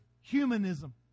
humanism